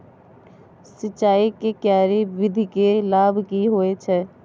सिंचाई के क्यारी विधी के लाभ की होय छै?